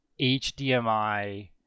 HDMI